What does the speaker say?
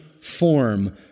form